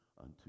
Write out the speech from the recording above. unto